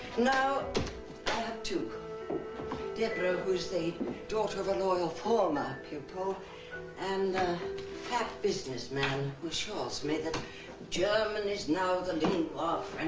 now i have two deborah who's the daughter of a loyal former pupil and a fat businessman who assures me that german is now the lingua